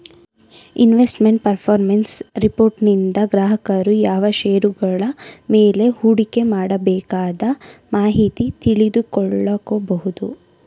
investment performance ರಿಪೋರ್ಟನಿಂದ ಗ್ರಾಹಕರು ಯಾವ ಶೇರುಗಳ ಮೇಲೆ ಹೂಡಿಕೆ ಮಾಡಬೇಕದ ಮಾಹಿತಿ ತಿಳಿದುಕೊಳ್ಳ ಕೊಬೋದು